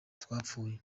twapfuye